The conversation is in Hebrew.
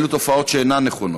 אלו תופעות שאינן נכונות.